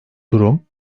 durum